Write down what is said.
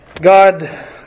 God